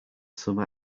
some